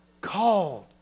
Called